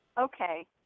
okay